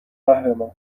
قهرمان